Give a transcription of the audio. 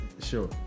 Sure